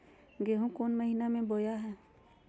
गेहूँ कौन महीना में बोया जा हाय?